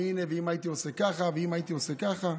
ואם הייתי עושה ככה ואם הייתי עושה ככה,